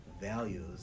values